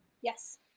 Yes